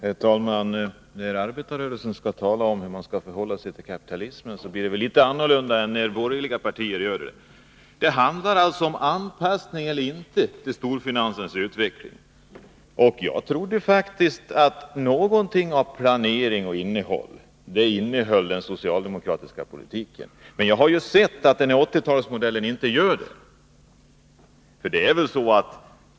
Herr talman! När arbetarrörelsen skall tala om hur man skall förhålla sig till kapitalismen blir det väl litet annorlunda än när de borgerliga partierna gör det. Det handlar alltså om anpassning eller inte till storfinansens utveckling. Och jag trodde faktiskt att den socialdemokratiska politiken innehöll någonting av planering. Men jag har sett att 80-talsmodellen inte gör det.